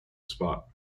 spot